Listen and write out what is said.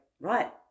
right